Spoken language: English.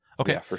Okay